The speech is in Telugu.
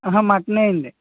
అహ మటన్ వేయండి